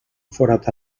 forat